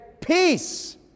peace